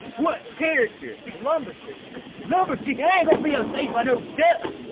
what character? the lumber chicken. lumber chicken, i be upstaged by no duck!